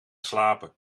slapen